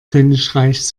königreichs